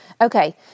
Okay